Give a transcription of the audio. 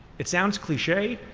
it sounds cliche,